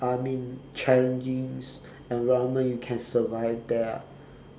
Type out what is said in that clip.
I mean challenging environment you can survive there ah